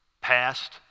past